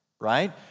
right